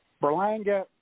Berlanga